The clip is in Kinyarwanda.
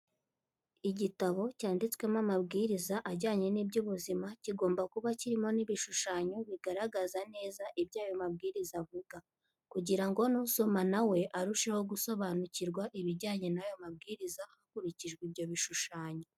Igitabo cyanditswemo amabwiriza ajyanye n'iby'ubuzima kigomba kuba kirimo n'ibishushanyo bigaragaza neza ibyo ayo mabwiriza avuga kugira ngo n'usoma na we arusheho gusobanukirwa ibijyanye n'aya mabwiriza hakurikijwe ibyo bishushanyo.